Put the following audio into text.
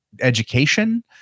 education